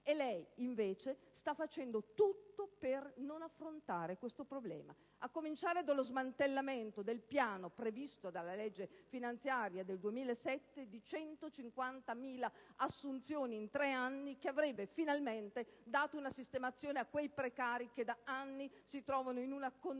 lei, invece, sta facendo di tutto per non affrontare questo problema, a cominciare dallo smantellamento del piano previsto dalla legge finanziaria del 2007 per assumere 150.000 persone in tre anni, cosa che avrebbe finalmente dato una sistemazione a quei precari che da anni si trovano in una condizione